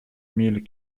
mille